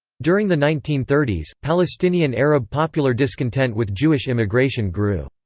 during the nineteen thirty s, palestinian arab popular discontent with jewish immigration grew.